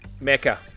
Mecca